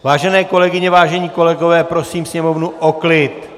Vážené kolegyně, vážení kolegové, prosím sněmovnu o klid!